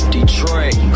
Detroit